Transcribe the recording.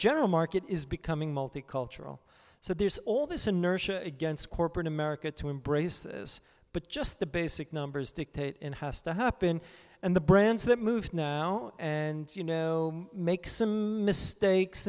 general market is becoming multicultural so there's all this inertia against corporate america to embrace this but just the basic numbers dictate and has to happen and the brands that move now and you know make some mistakes